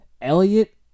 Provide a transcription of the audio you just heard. Elliot